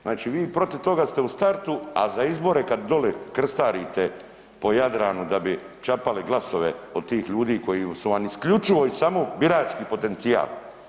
Znači, vi protiv toga ste u startu, a za izbore kad doli krstarite po Jadranu da bi čapali glasove od tih ljudi koji su vam isključivo i samo birački potencijal.